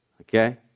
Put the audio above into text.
Okay